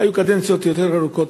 היו קדנציות יותר ארוכות,